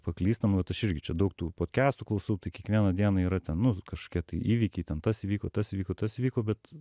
paklystam vat aš irgi čia daug tų potkestų klausau tai kiekvieną dieną yra ten nu kažkokie tai įvykiai ten tas įvyko tas įvyko tas įvyko bet